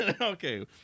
Okay